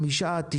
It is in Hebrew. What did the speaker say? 85% עד 90%,